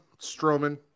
Strowman